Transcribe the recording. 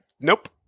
nope